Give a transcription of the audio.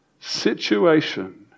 situation